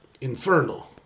infernal